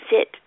sit